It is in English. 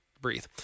breathe